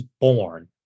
born